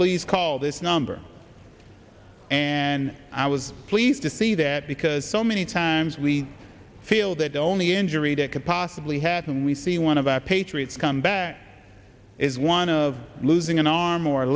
please call this number and i was pleased to see that because so many times we feel that the only injury that could possibly happen when we see one of our patriots come back is one of losing an arm or